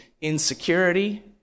insecurity